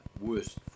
worst